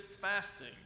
fasting